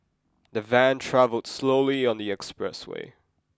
the van travelled slowly on the expressway